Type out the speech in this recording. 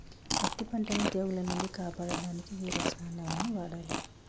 పత్తి పంటని తెగుల నుంచి కాపాడడానికి ఏ రసాయనాలను వాడాలి?